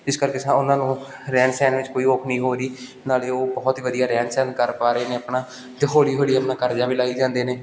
ਇਸ ਕਰਕੇ ਸਾ ਉਹਨਾਂ ਨੂੰ ਰਹਿਣ ਸਹਿਣ ਵਿੱਚ ਕੋਈ ਔਖ ਨਹੀਂ ਹੋ ਰਹੀ ਨਾਲੇ ਉਹ ਬਹੁਤ ਹੀ ਵਧੀਆ ਰਹਿਣ ਸਹਿਣ ਕਰ ਪਾ ਰਹੇ ਨੇ ਆਪਣਾ ਅਤੇ ਹੌਲੀ ਹੌਲੀ ਆਪਣਾ ਕਰਜ਼ਾ ਵੀ ਲਾਈ ਜਾਂਦੇ ਨੇ